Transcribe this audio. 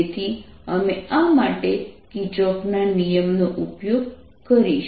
તેથી અમે આ માટે કિર્ચોફના નિયમ Kirchhoff's law નો ઉપયોગ કરીશું